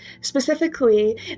specifically